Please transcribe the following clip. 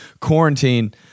quarantine